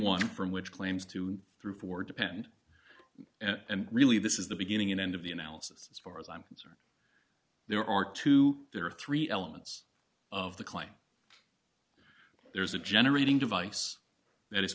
one from which claims to through four depend and really this is the beginning and end of the analysis as far as i'm concerned there are two there are three elements of the claim there's a generating device that is